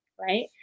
right